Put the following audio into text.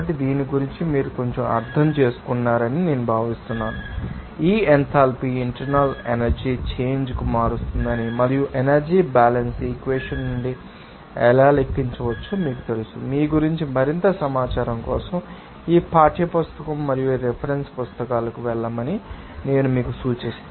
కాబట్టి దీని గురించి మీరు కొంచెం అర్థం చేసుకున్నారని నేను భావిస్తున్నాను ఈ ఎంథాల్పీ ఇంటర్నల్ ఎనర్జీ చేంజ్ ను మారుస్తుందని మరియు ఎనర్జీ బ్యాలెన్స్ ఈక్వెషన్ నుండి ఎలా లెక్కించవచ్చో మీకు తెలుసు మీ గురించి మరింత సమాచారం కోసం ఈ పాఠ్య పుస్తకం మరియు రిఫరెన్స్ పుస్తకాలకు వెళ్ళమని నేను మీకు సూచిస్తాను తెలుసు థర్మోడైనమిక్ లక్షణాలు